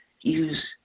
use